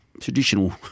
traditional